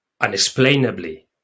unexplainably